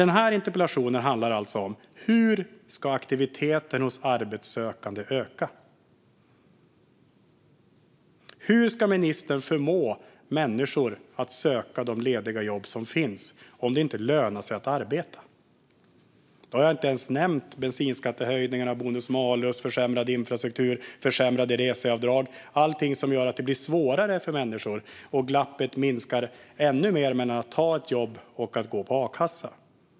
Den här interpellationen handlar alltså om hur aktiviteten hos arbetssökande ska öka. Hur ska ministern förmå människor att söka de lediga jobb som finns om det inte lönar sig att arbeta? Jag har inte ens nämnt bensinskattehöjningarna, bonus-malus, försämrad infrastruktur och försämrade reseavdrag, allt som gör det svårare för människor, och att glappet minskar ännu mer mellan att ha ett jobb och att gå på a-kassa.